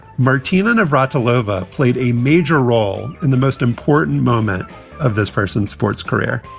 martina navratilova played a major role in the most important moment of this person's sports career